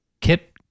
kit